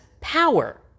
power